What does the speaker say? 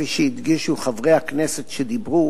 כפי שהדגישו חברי הכנסת שדיברו,